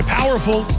powerful